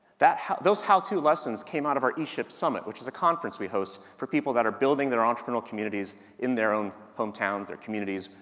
that how, those how to lessons came out of our e-ship summit, which is a conference we host for people that are building their entrepreneurial communities in their own hometowns, or communities,